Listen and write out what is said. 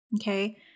Okay